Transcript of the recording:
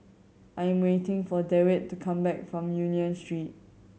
I'm waiting for Dewitt to come back from Union Street